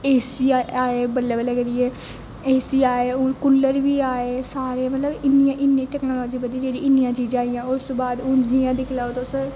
ऐ सी आए बल्लें बल्लें करियै एसी आए हून कूलर बी आए सारे मतलब इन्नी टेक्नोलाॅजी बधी जेहड़ी इन्नियां चीजां आइयां उस तू बाद हून जियां दिक्खी लैओ तुस